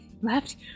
left